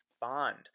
bond